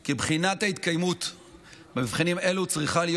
כי בחינת התקיימות מבחנים אלו צריכה להיות